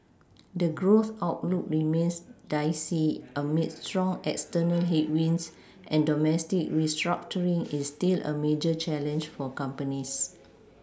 the growth outlook remains dicey amid strong external headwinds and domestic restructuring is still a major challenge for companies